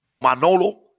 Manolo